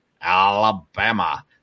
Alabama